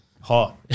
hot